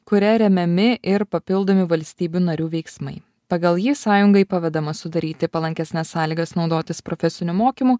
kuria remiami ir papildomi valstybių narių veiksmai pagal jį sąjungai pavedama sudaryti palankesnes sąlygas naudotis profesiniu mokymu